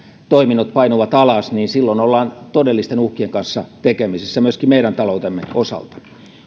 toiminnot painuvat alas ollaan todellisten uhkien kanssa tekemisissä myöskin meidän taloutemme osalta